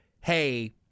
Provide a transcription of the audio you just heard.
hey